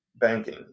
banking